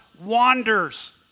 wanders